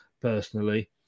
personally